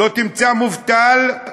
לא תמצא מובטל,